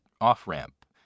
off-ramp